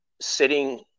sitting